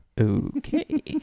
Okay